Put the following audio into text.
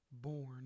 born